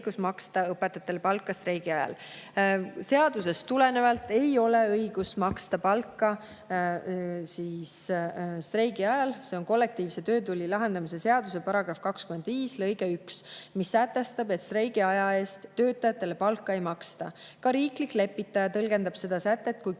õigus maksta õpetajatele palka streigi ajal?" Seadusest tulenevalt ei ole õigust maksta palka streigi ajal. Kollektiivse töötüli lahendamise seaduse § 25 lõige 1 sätestab, et streigi aja eest töötajatele palka ei maksta. Ka riiklik lepitaja tõlgendab seda sätet kui keeldu